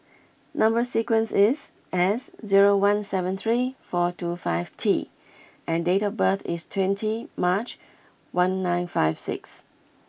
number sequence is S zero one seven three four two five T and date of birth is twenty March one nine five six